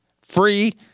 Free